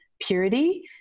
purity